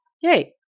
Yay